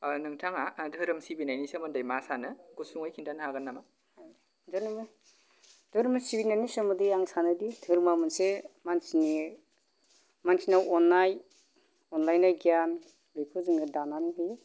नोंथाङा धोरोम सिबिनायनि सोमोन्दै मा सानो गुसुङै खिन्थानो हागोन नामा धोरोम धोरोम सिबिनायनि सोमोन्दै आं सानोदि धोरोमा मोनसे मानसिनि मानसिनाव अन्नाय अनलायनाय गियान बेखौ जोंनो दानानै होयो